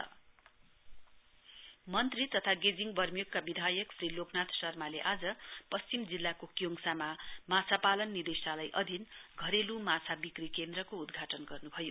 domestic fish market मन्त्री तथा गेजिङ वर्मियोकका विधायक श्री लोकनाथ शर्माले आज पश्चिम जिल्लाको क्योङसामा माछापालन निदेशालय अधिन घरेलु माछा बिक्री केन्द्रको उद्घाटन गर्नभयो